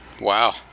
Wow